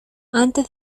antes